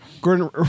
gordon